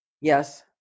Yes